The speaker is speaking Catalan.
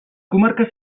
comarques